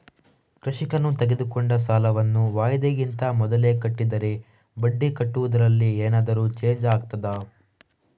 ಕೃಷಿಕನು ತೆಗೆದುಕೊಂಡ ಸಾಲವನ್ನು ವಾಯಿದೆಗಿಂತ ಮೊದಲೇ ಕಟ್ಟಿದರೆ ಬಡ್ಡಿ ಕಟ್ಟುವುದರಲ್ಲಿ ಏನಾದರೂ ಚೇಂಜ್ ಆಗ್ತದಾ?